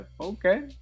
Okay